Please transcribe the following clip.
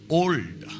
old